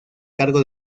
cargo